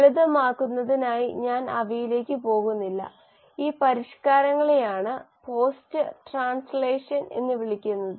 ലളിതമാക്കുന്നതിനായി ഞാൻ അവയിലേക്ക് പോകുന്നില്ല ഈ പരിഷ്കാരങ്ങളെയാണ് പോസ്റ്റ് ട്രാൻസ്ലേഷണൽ മോഡിഫിക്കേഷൻസ് എന്ന് വിളിക്കുന്നത്